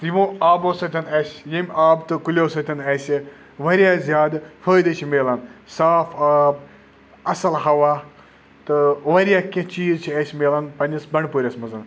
یِمو آبو سۭتۍ اَسہِ ییٚمہِ آب تہٕ کُلیو سۭتۍ اَسہِ واریاہ زیادٕ فٲیدٕ چھِ مِلان صاف آب اَصٕل ہوا تہٕ واریاہ کیٚنٛہہ چیٖز چھِ اَسہِ مِلان پَنٛنِس بَنٛڈٕ پوٗرِس منٛز